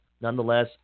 nonetheless